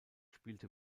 spielte